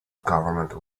government